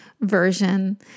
version